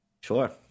sure